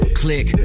click